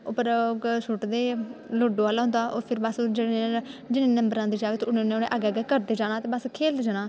उप्पर ओह् क सुट्टदे लूडो आह्ला होंदा ओह् फिर बस जेह्ड़ा जेह्ड़ा होंदा जिन्ने नंबर औंदे जाङग ते उ'न्ना उ'न्ना उ'नें अग्गें करदे जाना ते बस खेलदे जाना